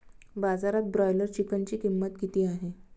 बाजारात ब्रॉयलर चिकनची किंमत किती आहे?